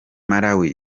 malawi